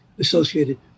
Associated